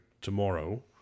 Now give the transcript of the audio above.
tomorrow